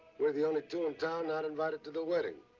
we're the only two in town not invited to the wedding.